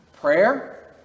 prayer